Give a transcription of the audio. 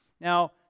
Now